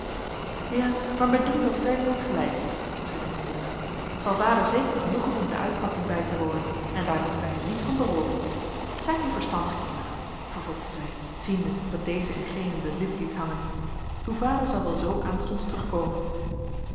ja maar mij dunkt dat ferdinand gelijk heeft zeide mijn moeder t zal vader zeker genoegen doen de uitpakking bij te wonen en daar moeten wij hem niet van berooven zijt nu verstandig kinderen vervolgde zij ziende dat deze en gene de lip liet hangen uw vader zal wel zoo aanstonds terugkomen